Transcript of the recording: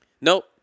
Nope